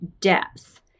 depth